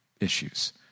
issues